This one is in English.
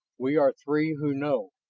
we are three who know.